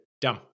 Dumb